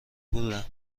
بودم